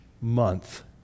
month